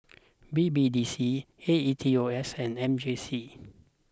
B B D C A E T O S and M J C